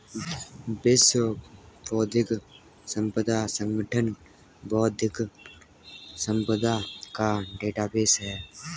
विश्व बौद्धिक संपदा संगठन बौद्धिक संपदा का डेटाबेस है